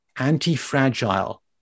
anti-fragile